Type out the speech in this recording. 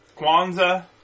Kwanzaa